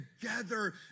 together